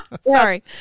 Sorry